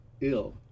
ill